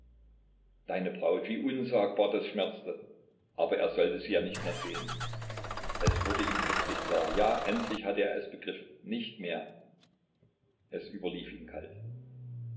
deine braut wie unsagbar das schmerzte aber er sollte sie ja nicht mehr sehen es wurde ihm plötzlich klar jetzt endlich hatte er es begriffen nicht mehr es überlief ihn kalt